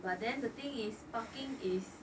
but then the thing is parking is